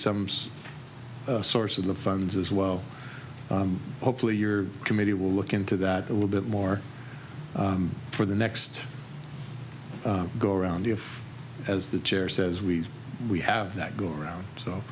some source of the funds as well hopefully your committee will look into that a little bit more for the next go around you as the chair says we we have that go around so